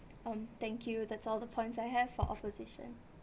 um thank you that's all the points I have for opposition